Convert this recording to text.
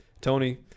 Tony